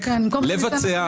לבצע,